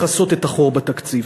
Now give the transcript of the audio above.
לכסות את החור בתקציב.